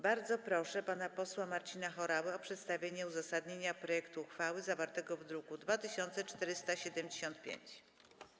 Bardzo proszę pana posła Marcina Horałę o przedstawienie uzasadnienia projektu uchwały zawartego w druku nr 2475.